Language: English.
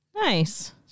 Nice